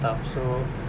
so